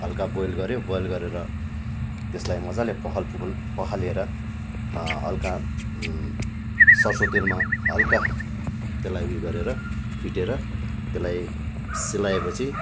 हल्का बोइल गऱ्यो बोइल गरेर त्यसलाई मजाले पखाल पुखुल पखालेर हल्का सर्स्युँ तेलमा हल्का त्यसलाई उयो गरेर फिटेर त्यसलाई सेलाए पछि